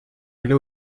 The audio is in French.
allés